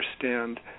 understand